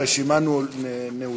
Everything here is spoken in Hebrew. הרשימה נעולה.